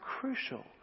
crucial